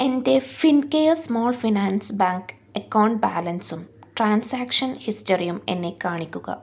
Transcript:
എൻ്റെ Fincare small finance bank account ബാലൻസും transaction ഹിസ്റ്ററിയും എന്നെ കാണിക്കുക